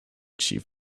chief